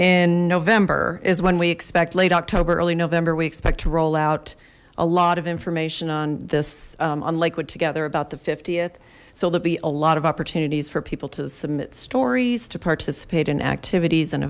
in november is when we expect late october early november we expect to roll out a lot of information on this on lakewood together about the th so there'll be a lot of opportunities for people to submit stories to participate in activities and